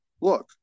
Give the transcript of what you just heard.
look